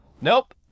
Nope